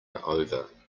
over